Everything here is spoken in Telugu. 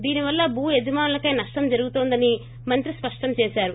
దీని వల్ల భూ యజమానులకే నష్టం జరుగుతోందని మంత్రి స్పష్టం చేశారు